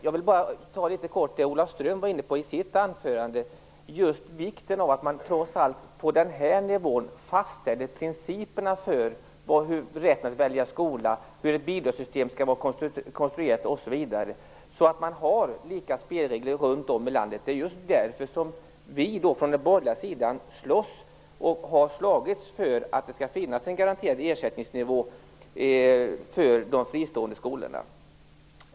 Jag vill litet kort bemöta det som Ola Ström var inne på i sitt anförande, dvs. vikten av att man trots allt på denna nivå fastställer principerna för rätten att välja skola, hur ett bidragssystem skall vara konstruerat osv., så att spelreglerna blir lika runt om i landet. Det är just därför som vi från den borgerliga sidan slåss och har slagits för att det skall finnas en garanterad ersättningsnivå för de fristående skolorna.